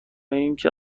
اینکه